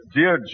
dear